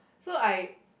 so I